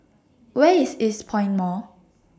Where IS Eastpoint Mall